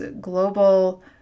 global